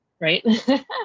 right